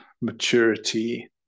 maturity